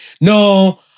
No